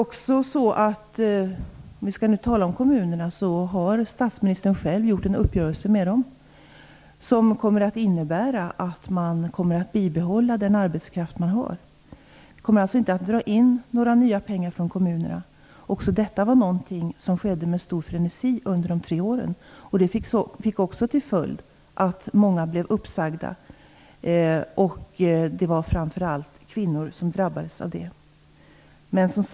Om vi skall tala om kommunerna kan jag säga att statsministern själv har gjort en uppgörelse med dem som kommer att innebära att man kommer att bibehålla den arbetskraft man har. Staten kommer alltså inte att dra in några nya pengar från kommunerna. Också detta var någonting som skedde med stor frenesi under de tre borgerliga åren. Det fick också till följd att många blev uppsagda. Det var framför allt kvinnor som drabbades av det. Fru talman!